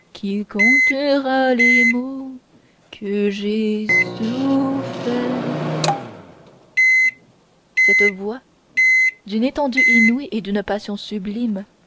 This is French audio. cette voix d'une étendue inouïe et d'une passion sublime